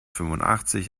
fünfundachtzig